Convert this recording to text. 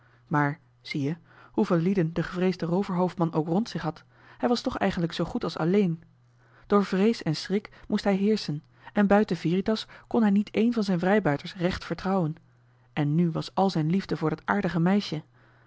maar zie-je hoeveel lieden de gevreesde rooverhoofdman ook rond zich had hij was joh h been paddeltje de scheepsjongen van michiel de ruijter toch eigenlijk zoo goed als alleen door vrees en schrik moest hij heerschen en buiten veritas kon hij niet één van zijn vrijbuiters recht vertrouwen en nu was al zijn liefde voor dat aardige meisje